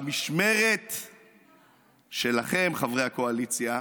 במשמרת שלכם, חברי הקואליציה,